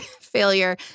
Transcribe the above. Failure